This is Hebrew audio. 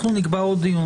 אנחנו נקבע עוד דיון